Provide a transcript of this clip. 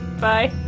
bye